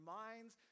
minds